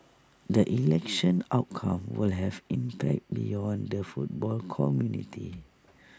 the election outcome will have impact beyond the football community